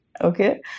okay